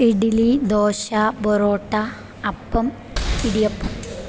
idli dosa parotta appam idiyappam